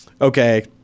Okay